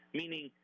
meaning